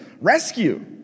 rescue